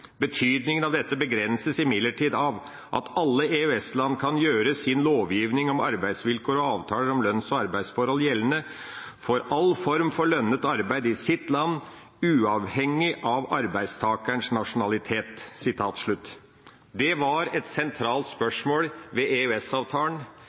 Betydningen av dette begrenses imidlertid av at alle EØS-land kan gjøre sin lovgivning om arbeidsvilkår og avtaler om lønns- og arbeidsforhold gjeldende for all form for lønnet arbeid i sitt land, uavhengig av arbeidstakerens nasjonalitet.» Det var et sentralt spørsmål ved EØS-avtalen. Det var et sentralt